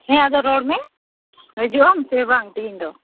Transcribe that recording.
ᱦᱮᱸ ᱟᱫᱚ ᱨᱚᱲ ᱢᱮ ᱦᱟ ᱡᱩᱜ ᱟᱢ ᱥᱮ ᱵᱟᱝ ᱛᱮᱦᱮᱧ ᱫᱚ